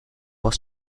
was